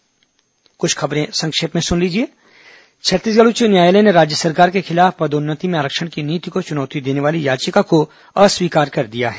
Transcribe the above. संक्षिप्त समाचार अब कुछ अन्य खबरें संक्षिप्त में छत्तीसगढ़ उच्च न्यायालय ने राज्य सरकार के खिलाफ पदोन्नति में आरक्षण की नीति को चुनौती देने वाली याचिका को अस्वीकार कर दिया है